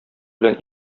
белән